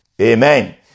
Amen